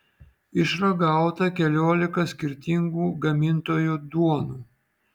išragauta keliolika skirtingų gamintojų duonų